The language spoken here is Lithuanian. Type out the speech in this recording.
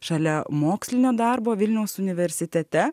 šalia mokslinio darbo vilniaus universitete